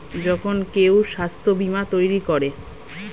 যখন কেউ স্বাস্থ্য বীমা তৈরী করে